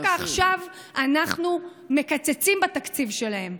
דווקא עכשיו אנחנו מקצצים בתקציב שלהם.